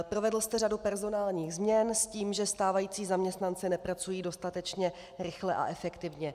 Provedl jste řadu personálních změn s tím, že stávající zaměstnanci nepracují dostatečně rychle a efektivně.